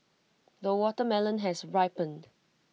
the watermelon has ripened